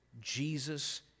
Jesus